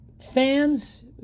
fans